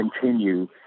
continue